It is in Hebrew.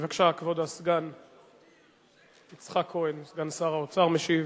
בבקשה, יצחק כהן, סגן שר האוצר, משיב.